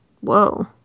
whoa